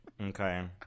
Okay